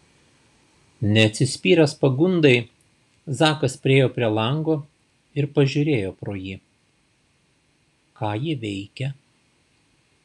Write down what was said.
neatsispyręs pagundai zakas priėjo prie lango ir pažiūrėjo pro jį ką ji veikia